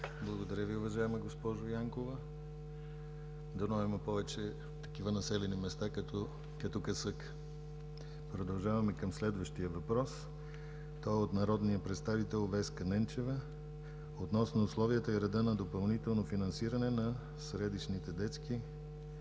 Благодаря Ви, уважаема госпожо Янкова. Дано има повече такива населени места, като Касъка. Продължаваме към следващият въпрос. Той е от народния представител Веска Ненчева относно условията и реда на допълнително финансиране на средищните детски